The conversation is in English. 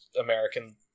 American